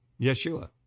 Yeshua